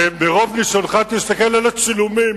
וברוב ניסיונך תסתכל על הצילומים,